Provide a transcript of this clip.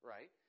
Right